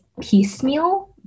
piecemeal